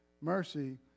Mercy